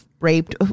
raped